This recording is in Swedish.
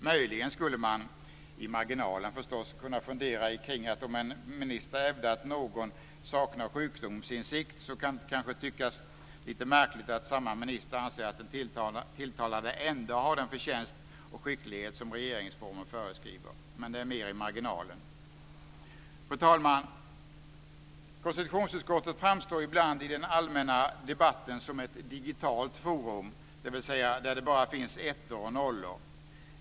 Möjligen skulle man i marginalen förstås kunna fundera omkring att om en minister hävdar att någon saknar sjukdomsinsikt så kan det kanske tyckas lite märkligt att samma minister anser att den tilltalade ändå har den förtjänst och skicklighet som regeringsformen föreskriver. Men det är mer i marginalen. Fru talman! Konstitutionsutskottet framstår ibland i den allmänna debatten som ett digitalt forum, dvs. ett där det bara finns ettor och nollor.